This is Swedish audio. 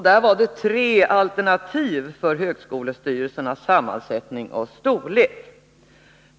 Där finns tre alternativ när det gäller högskolestyrelsernas sammansättning och storlek.